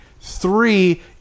Three